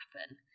happen